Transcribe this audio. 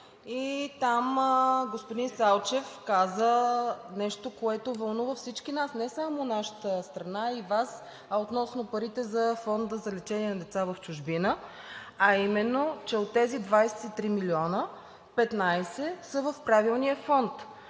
и там господин Салчев каза нещо, което вълнува всички нас – не само нашата страна, и Вас относно парите за Фонда за лечение на деца в чужбина, а именно, че от тези 23 милиона – 15 са в правилния фонд.